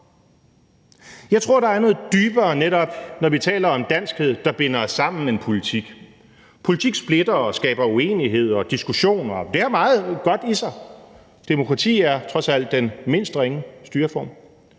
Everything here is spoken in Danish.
Jeg tror, der er noget dybere, netop når vi taler om danskhed, der binder os sammen, end politik. Politik splitter og skaber uenighed og diskussion, og det har meget godt i sig. Demokrati er – trods alt – den mindst ringe styreform.